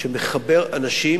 שהוא מחבר אנשים